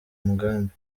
mugambi